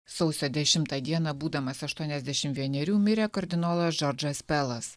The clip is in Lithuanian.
sausio dešimtą dieną būdamas aštuoniasdešim vienerių mirė kardinolas džordžas pelas